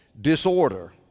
disorder